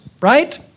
right